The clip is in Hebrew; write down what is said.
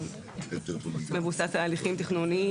מבוסס על הליכים תכנוניים,